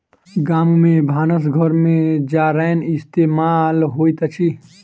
गाम में भानस घर में जारैन इस्तेमाल होइत अछि